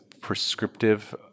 prescriptive